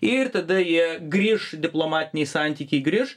ir tada jie grįš diplomatiniai santykiai grįš